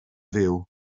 fyw